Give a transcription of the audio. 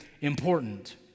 important